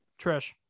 Trish